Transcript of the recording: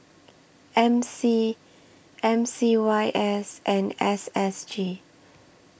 M C M C Y S and S S G